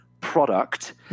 product